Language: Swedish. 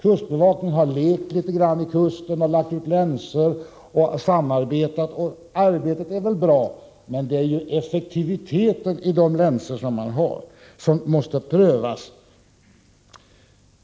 Kustbevakningen harlekt litet grand vid kusten, lagt ut länsor och samarbetat. Arbetet är väl bra, men det är ju effektiviteten i de länsor man har som måste prövas.